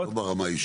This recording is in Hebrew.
עזוב את מה שהיה.